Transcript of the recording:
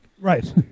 Right